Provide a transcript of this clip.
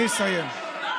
אני אסיים.